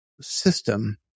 system